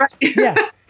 Yes